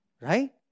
Right